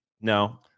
no